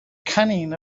cunning